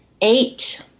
Eight